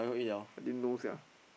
I didn't know sia